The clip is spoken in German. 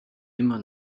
immer